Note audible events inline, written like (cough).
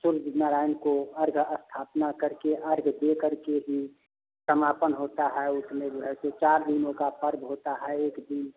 (unintelligible) नारायण को अर्ग आस्थापना कर के अर्ग दे कर के भी समापन होता है उसमें जो है दो चार दिनों का पर्व होता है एक दिन